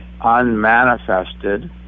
unmanifested